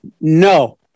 no